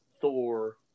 Thor